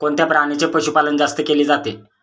कोणत्या प्राण्याचे पशुपालन जास्त केले जाते?